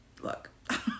Look